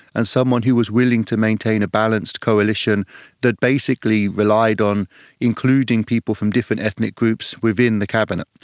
and someone who was willing to maintain a balanced coalition that basically relied on including people from different ethnic groups within the cabinet.